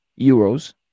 euros